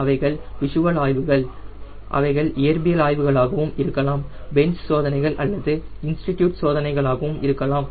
அவைகள் விஷுவல் ஆய்வுகள் அவைகள் இயற்பியல் ஆய்வுகளாக இருக்கலாம் பென்ச் சோதனைகள் அல்லது இன்ஸ்டிடியூட் சோதனைகளாகவும் இருக்கலாம்